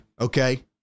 okay